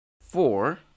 four